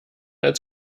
als